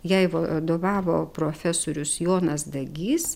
jai vadovavo profesorius jonas dagys